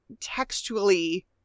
textually